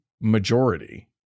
majority